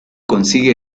consigue